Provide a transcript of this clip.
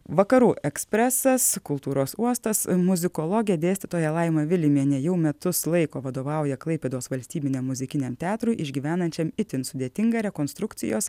vakarų ekspresas kultūros uostas muzikologė dėstytoja laima vilimienė jau metus laiko vadovauja klaipėdos valstybiniam muzikiniam teatrui išgyvenančiam itin sudėtingą rekonstrukcijos